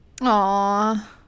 Aw